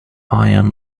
ian